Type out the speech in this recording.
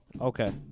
Okay